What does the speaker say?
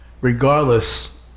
regardless